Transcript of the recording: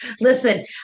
Listen